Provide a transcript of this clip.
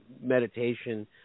Meditation